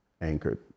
anchored